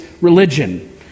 religion